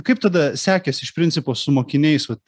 kaip tada sekės iš principo su mokiniais vat